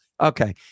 Okay